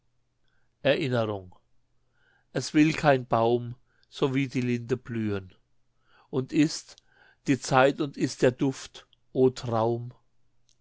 erinnerung es will kein baum so wie die linde blühen und ist die zeit und ist der duft o traum